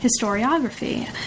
historiography